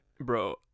Bro